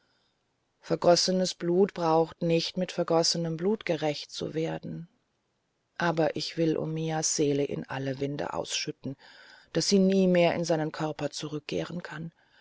vergossenes blut braucht nicht mit vergossenem blut gerächt zu werden aber ich will omiyas seele in alle winde ausschütten daß sie nie mehr in seinen körper zurückkehren kann